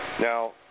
Now